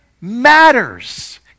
matters